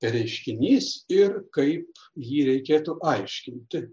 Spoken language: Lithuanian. per reiškinys ir kaip jį reikėtų aiškinti